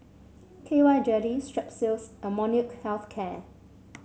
K Y Jelly Strepsils and Molnylcke Health Care